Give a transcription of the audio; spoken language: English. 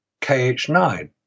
KH9